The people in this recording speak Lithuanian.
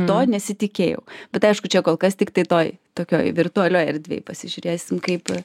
to nesitikėjau bet aišku čia kol kas tiktai toj tokioj virtualioj erdvėj pasižiūrėsim kaip